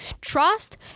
trust